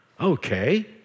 Okay